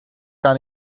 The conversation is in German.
gar